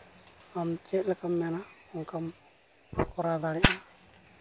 ᱟᱢ ᱪᱮᱫ ᱞᱮᱠᱟᱢ ᱢᱮᱱᱟ ᱚᱱᱠᱟᱢ ᱠᱚᱨᱟᱣ ᱫᱟᱲᱮᱭᱟᱜᱼᱟ